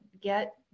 get